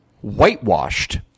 Whitewashed